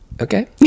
Okay